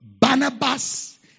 Barnabas